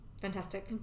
Fantastic